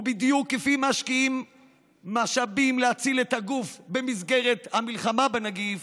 ובדיוק כפי שמשקיעים משאבים בלהציל את הגוף במסגרת המלחמה בנגיף